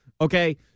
okay